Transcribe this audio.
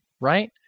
right